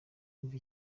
umva